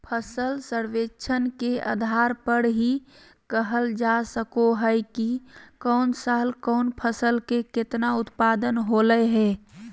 फसल सर्वेक्षण के आधार पर ही कहल जा सको हय कि कौन साल कौन फसल के केतना उत्पादन होलय हें